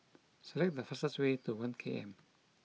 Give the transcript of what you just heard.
select the fastest way to One K M